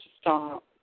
stop